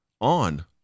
on